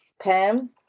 Pam